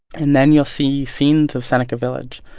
and then you'll see scenes of seneca village.